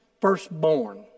Firstborn